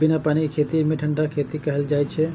बिना पानि के खेती कें ठंढा खेती कहल जाइ छै